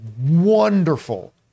wonderful